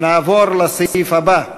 נעבור לסעיף הבא.